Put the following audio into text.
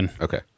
Okay